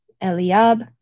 Eliab